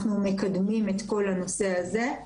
אנחנו מקדמים את כל הנושא הזה,